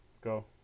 Go